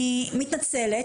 אני מתנצלת.